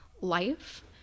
life